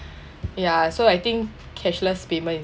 ya so I think cashless payment